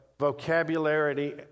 vocabulary